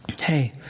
Hey